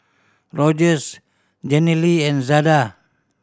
Rogers Jenilee and Zada